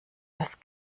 das